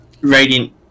Radiant